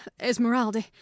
esmeralda